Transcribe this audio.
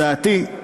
הצעתי,